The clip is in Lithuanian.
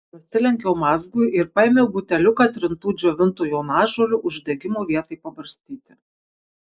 nusilenkiau mazgui ir paėmiau buteliuką trintų džiovintų jonažolių uždegimo vietai pabarstyti